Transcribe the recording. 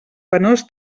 penós